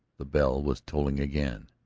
the bell was tolling again.